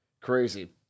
Crazy